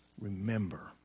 remember